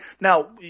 now